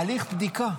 הליך בדיקה.